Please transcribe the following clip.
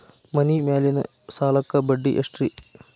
ಮನಿ ಮೇಲಿನ ಸಾಲಕ್ಕ ಬಡ್ಡಿ ಎಷ್ಟ್ರಿ?